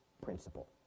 principle